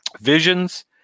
visions